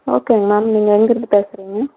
ஓகேங்க மேம் நீங்கள் எங்கேருந்து பேசுகிறீங்க